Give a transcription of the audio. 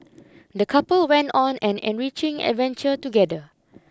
the couple went on an enriching adventure together